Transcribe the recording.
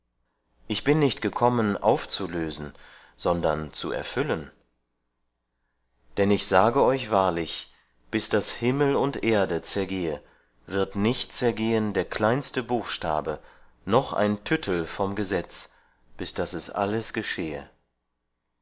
ich bin nicht gekommen aufzulösen sondern zu erfüllen denn ich sage euch wahrlich bis daß himmel und erde zergehe wird nicht zergehen der kleinste buchstabe noch ein tüttel vom gesetz bis daß es alles geschehe